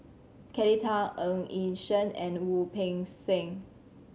Kelly Tang Ng Yi Sheng and Wu Peng Seng